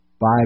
five